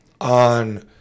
on